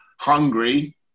hungry